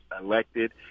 elected